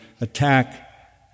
attack